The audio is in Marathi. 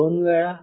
दोन वेळा